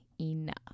enough